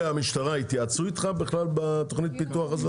המשטרה, התייעצו איתך בכלל בתוכנית הפיתוח הזאת?